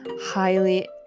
highly